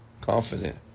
confident